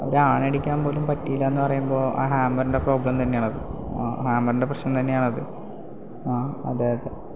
ഒരാണിയടിക്കാൻ പോലും പറ്റിയില്ലാന്ന് പറയുമ്പോൾ ആ ഹാമറിൻ്റെ പ്രോബ്ലം തന്നെയാണത് ആ ഹാമറിൻ്റെ പ്രശ്നം തന്നെയാണത് ആ അതെയതെ